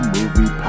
Movie